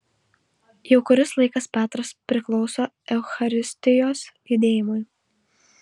jau kuris laikas petras priklauso eucharistijos judėjimui